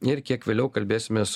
ir kiek vėliau kalbėsimės